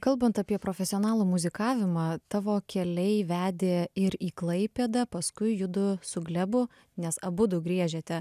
kalbant apie profesionalų muzikavimą tavo keliai vedė ir į klaipėdą paskui judu su glebu nes abudu griežėte